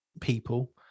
people